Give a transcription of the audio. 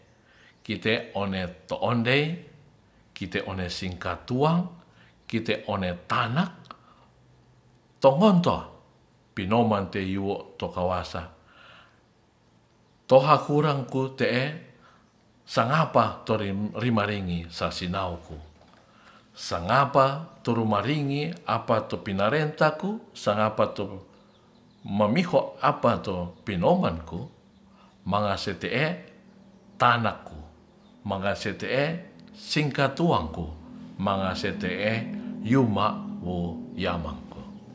Kite one to ondei kite one singkatuang kite one tanak tongonto pinoman teyiwok te kawasa tohakurangku te'e sangapa to ri rimaringi sasinauku sangapa torumaringi apate pinarentaku sangapatu mamiho apato pinomanku mangasete'e tanaku mangase te'e singkatuangku mangase te'e yuma'wo yamangko.